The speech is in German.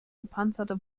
gepanzerte